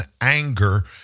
anger